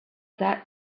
that